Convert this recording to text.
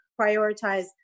prioritize